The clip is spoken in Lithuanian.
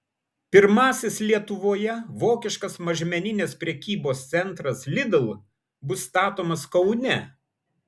pirmasis lietuvoje vokiškas mažmeninės prekybos centras lidl bus statomas kaune